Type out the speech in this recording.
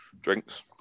drinks